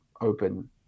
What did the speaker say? open